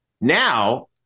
Now